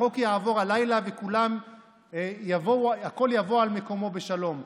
החוק יעבור הלילה והכול יבוא על מקומו בשלום,